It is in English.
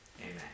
amen